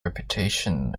reputation